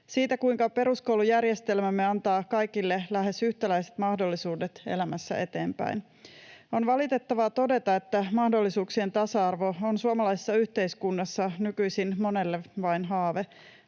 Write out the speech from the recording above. siitä, kuinka peruskoulujärjestelmämme antaa kaikille lähes yhtäläiset mahdollisuudet elämässä eteenpäin. On valitettavaa todeta, että mahdollisuuksien tasa-arvo on suomalaisessa yhteiskunnassa nykyisin monelle vain haave.